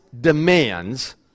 demands